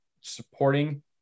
supporting